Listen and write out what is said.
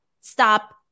Stop